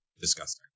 disgusting